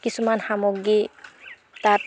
কিছুমান সামগ্ৰী তাত